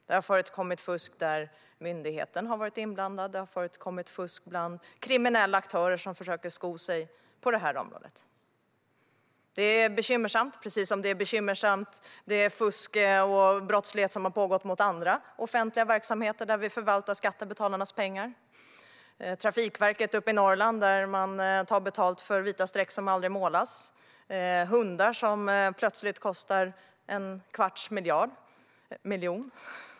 Det har förekommit fusk där myndigheten har varit inblandad, och det har förekommit fusk bland kriminella aktörer som försöker sko sig på området. Det är bekymmersamt, precis som det fusk och den brottslighet som har pågått mot andra offentliga verksamheter där vi förvaltar skattebetalarnas pengar är bekymmersamt. Det gäller Trafikverket uppe i Norrland, där man tar betalt för vita streck som aldrig målas. Det gäller hundar som plötsligt kostar en kvarts miljon.